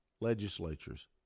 legislatures